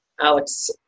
Alex